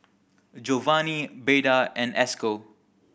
Jovany Beda and Esco